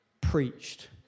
preached